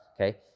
okay